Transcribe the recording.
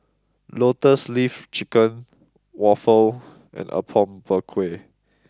Lotus leaf chicken Waffle and Apom Berkuah